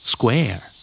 Square